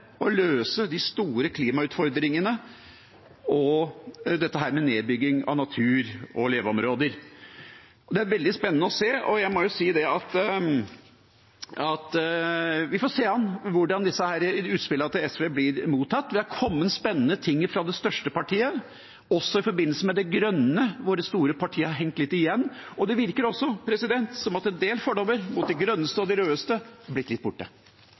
å løse de store klimautfordringene og dette med nedbygging av natur og leveområder. Det er veldig spennende å se. Så får vi se an hvordan disse utspillene til SV blir mottatt. Det har kommet spennende ting fra det største partiet, også i forbindelse med det grønne, hvor det store partiet har hengt litt etter. Og det virker også som at en del fordommer mot de grønneste og de rødeste har blitt litt borte.